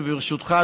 וברשותך,